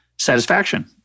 satisfaction